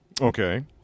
Okay